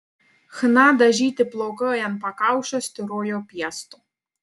chna dažyti plaukai ant pakaušio styrojo piestu